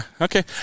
okay